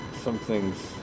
something's